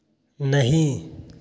नहीं